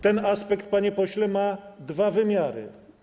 Ten aspekt, panie pośle, ma dwa wymiary.